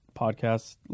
podcast